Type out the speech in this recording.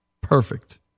perfect